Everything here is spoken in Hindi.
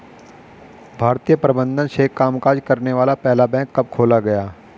भारतीय प्रबंधन से कामकाज करने वाला पहला बैंक कब खोला गया?